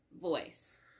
voice